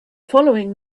following